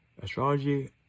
Astrology